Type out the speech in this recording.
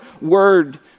word